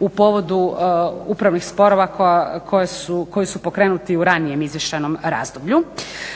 u povodu upravnih sporova koji su pokrenuti u ranijem izvještajnom razdoblju.